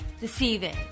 deceiving